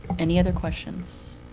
any other questions?